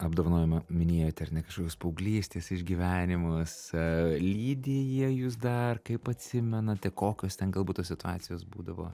apdovanojimą minėjote ar ne kažkokios paauglystės išgyvenimus lydi jie jus dar kaip atsimenate kokios ten galbūt tos situacijos būdavo